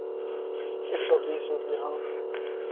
एक सौ बीस रुपये हाँ